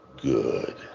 good